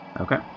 Okay